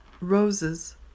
roses